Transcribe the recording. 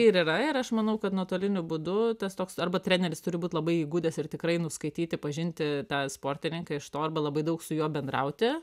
ir yra ir aš manau kad nuotoliniu būdu tas toks arba treneris turi būt labai įgudęs ir tikrai nuskaityti pažinti tą sportininką iš to arba labai daug su juo bendrauti